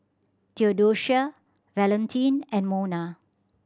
Theodocia Valentin and Mona